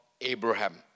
Abraham